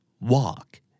Walk